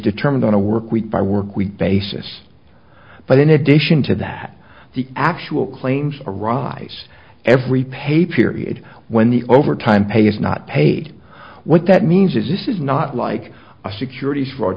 determined on a work week by work week basis but in addition to that the actual claims arise every pay period when the overtime pay is not paid what that means is this is not like a securities fraud